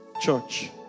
church